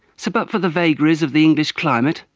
so but for the vagaries of the english climate,